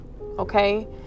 okay